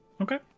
okay